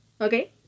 Okay